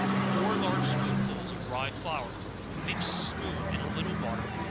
four large spoonsful of rye flour mixed smooth in a little water,